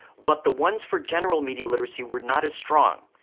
but the ones for general media literacy were not as strong,